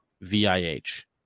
V-I-H